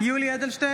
(קוראת בשמות חברי הכנסת.) יולי יואל אדלשטיין,